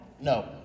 No